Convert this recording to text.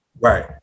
Right